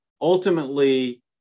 ultimately